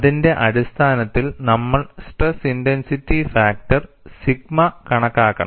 അതിന്റെ അടിസ്ഥാനത്തിൽ നമ്മൾ stress intensity factor K sigma കണക്കാക്കണം